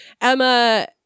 Emma